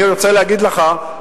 אני רוצה להגיד לך,